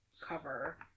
cover